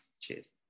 cheers